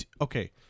Okay